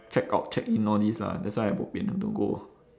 check out check in all this lah that's why I bo pian have to go